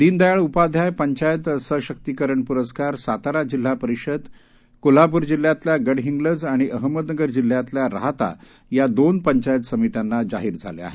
दीनदयाळ उपाध्याय पंचायत सशक्तीकरण पुरस्कार सातारा जिल्हा परिषद कोल्हापूर जिल्ह्यातल्या गडहिंग्लज आणि अहमदनगर जिल्ह्यातल्या राहाता या दोन पंचायत समित्यांना जाहीर झाले आहेत